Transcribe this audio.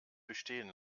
bestehen